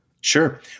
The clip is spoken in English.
Sure